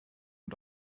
und